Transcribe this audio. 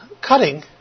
cutting